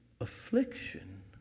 affliction